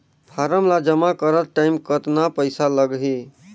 Form ला जमा करत टाइम कतना पइसा लगही?